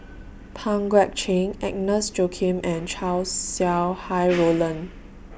Pang Guek Cheng Agnes Joaquim and Chow Sau Hai Roland